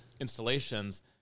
installations